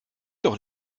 doch